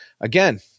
again